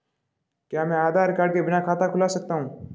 क्या मैं आधार कार्ड के बिना खाता खुला सकता हूं?